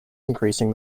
increasing